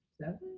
Seven